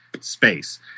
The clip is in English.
space